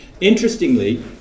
Interestingly